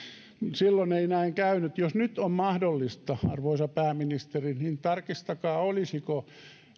silloin ei näin käynyt jos nyt on mahdollista arvoisa pääministeri niin tarkistakaa olisiko